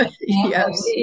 Yes